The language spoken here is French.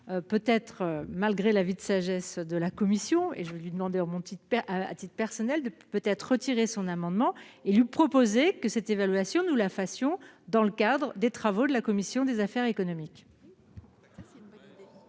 peut être malgré l'avis de sagesse de la commission et je vais lui demander à mon titre à titre personnel de peut être retiré son amendement et lui proposer que cette évaluation, nous la fassions dans le cadre des travaux de la commission des affaires économiques.